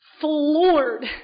floored